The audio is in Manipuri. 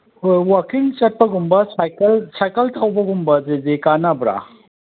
ꯍꯣꯏ ꯋꯥꯀꯤꯡ ꯆꯠꯄꯒꯨꯝꯕ ꯁꯥꯏꯀꯜ ꯁꯥꯏꯀꯜ ꯊꯧꯕꯒꯨꯝꯕꯗꯗꯤ ꯀꯥꯅꯕ꯭ꯔꯥ